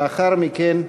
לאחר מכן,